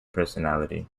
personality